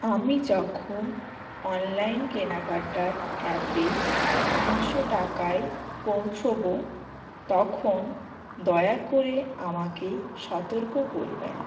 আমি যখন অনলাইন কেনাকাটার অ্যাপে তিনশো টাকায় পৌঁছবো তখন দয়া করে আমাকে সতর্ক করবেন